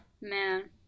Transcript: Man